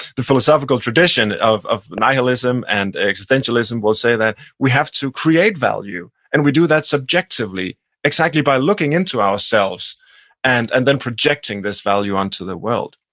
philosophical tradition of of nihilism and existentialism will say that we have to create value, and we do that subjectively exactly by looking into ourselves and and then projecting this value onto the world.